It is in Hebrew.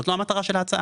זאת לא המטרה של ההצעה.